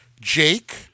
Jake